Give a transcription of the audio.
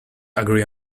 agree